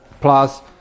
plus